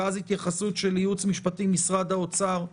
ואז התייחסות של הייעוץ המשפטי של משרד האוצר לעניין.